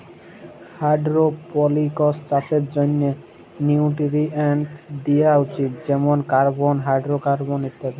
hydroponics চাষের জ্যনহে nutrients দিয়া উচিত যেমল কার্বল, হাইডোরোকার্বল ইত্যাদি